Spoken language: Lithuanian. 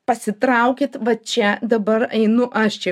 pasitraukit va čia dabar einu aš čia